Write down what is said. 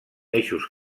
eixos